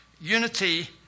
unity